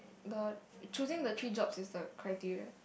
but choosing the three jobs is the criteria